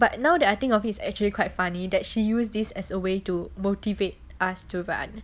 but now that I think of is actually quite funny that she use this as a way to motivate us to run